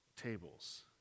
tables